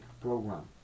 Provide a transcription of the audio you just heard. program